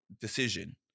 decision